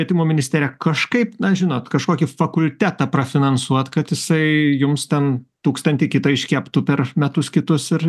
švietimo ministerija kažkaip na žinot kažkokį fakultetą prafinansuot kad jisai jums ten tūkstantį kitą iškeptų per metus kitus ir